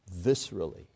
viscerally